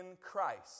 Christ